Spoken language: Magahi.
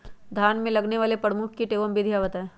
धान में लगने वाले प्रमुख कीट एवं विधियां बताएं?